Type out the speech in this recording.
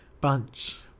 bunch